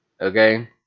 Okay